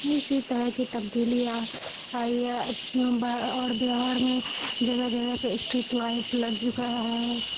اسی طرح کی تبدیلیاں آئی ہے اور بہار میں جگہ جگہ پہ اسٹریٹ لائٹ لگ چکا ہے